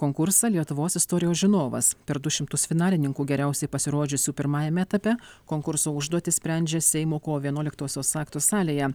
konkursą lietuvos istorijos žinovas per du šimtus finalininkų geriausiai pasirodžiusių pirmajame etape konkurso užduotis sprendžia seimo kovo vienuoliktosios akto salėje